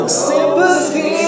sympathy